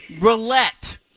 roulette